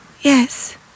Yes